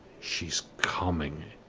she's coming!